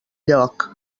lloc